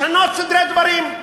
לשנות סדרי דברים.